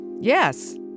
yes